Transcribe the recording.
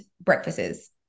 breakfasts